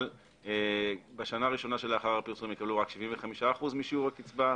אבל בשנה הראשונה שלאחר הפרסום יקבלו רק 75% משיעור הקצבה,